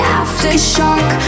aftershock